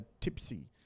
tipsy